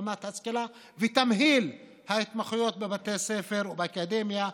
רמת השכלה ותמהיל ההתמחויות בבתי הספר ובאקדמיה,